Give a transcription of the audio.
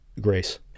Grace